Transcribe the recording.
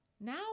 Now